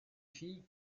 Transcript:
fille